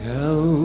Tell